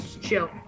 Chill